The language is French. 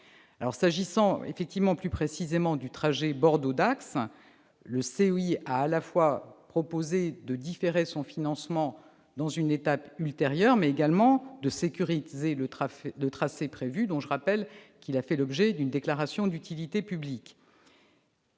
S'agissant plus précisément du trajet Bordeaux-Dax, le COI a proposé de différer le financement de la ligne à une étape ultérieure, mais également de sécuriser le tracé prévu, qui a fait l'objet d'une déclaration d'utilité publique.